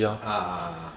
ah ah ah